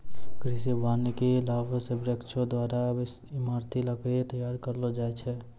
कृषि वानिकी लाभ से वृक्षो द्वारा ईमारती लकड़ी तैयार करलो जाय छै